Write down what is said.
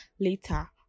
later